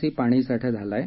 C पाणीसाठा झाला आहे